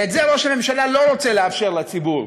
את זה ראש הממשלה לא רוצה לאפשר לציבור.